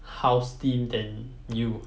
house theme than you